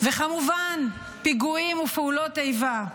וכמובן, פיגועים ופעולות איבה: